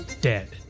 dead